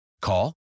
Call